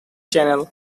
channel